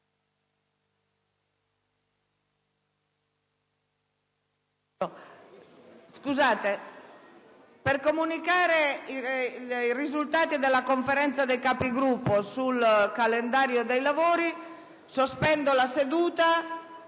Colleghi, per comunicare i risultati della Conferenza dei Capigruppo sul calendario dei lavori, sospendo la seduta